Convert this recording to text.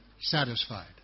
satisfied